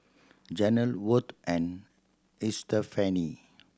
Janel Worth and Estefani